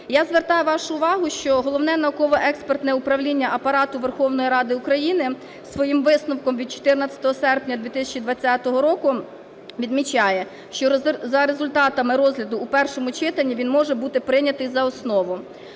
Я звертаю вашу увагу, що Головне науково-експертне управління Апарату Верховної Ради України своїм висновком від 14 серпня 2020 року відмічає, що за результатами розгляду у першому читанні він може бути прийнятий за основу.